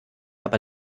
aber